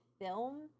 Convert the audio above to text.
film